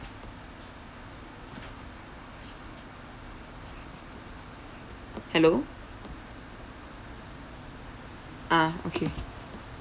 hello ah okay